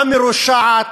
המרושעת,